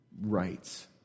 rights